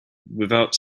without